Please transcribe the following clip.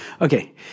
Okay